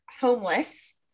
homeless